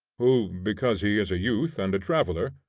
who, because he is a youth and a traveller,